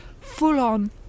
full-on